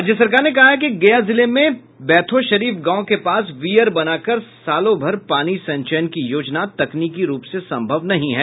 राज्य सरकार ने कहा कि गया जिले में बेथौशरीफ गांव के पास वीयर बनाकर सालों भर पानी संचयन की योजना तकनीकी रूप से संभव नहीं है